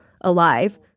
alive